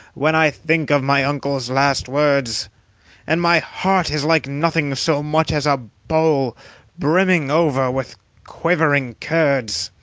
when i think of my uncle's last words and my heart is like nothing so much as a bowl brimming over with quivering curds!